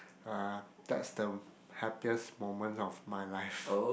uh that's the happiest moment of my life